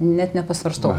net nepasvarstau